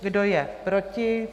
Kdo je proti?